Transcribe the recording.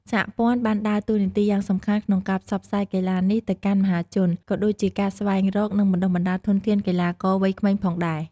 សហព័ន្ធបានដើរតួនាទីយ៉ាងសំខាន់ក្នុងការផ្សព្វផ្សាយកីឡានេះទៅកាន់មហាជន ក៏ដូចជាការស្វែងរក និងបណ្ដុះបណ្ដាលធនធានកីឡាករវ័យក្មេងផងដែរ។